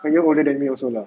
one year older than me also lah